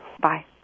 Bye